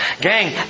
Gang